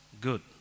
Good